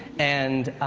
and